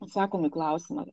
atsakomi klausimai